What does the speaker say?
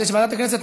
שוועדת הכנסת,